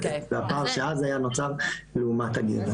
והפער שאז היה נוצר לעומת הגבר.